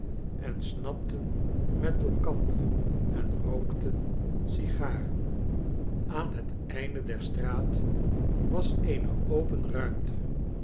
en snapten met elkander en rookten sigaren aan het einde der straat was eene open ruimte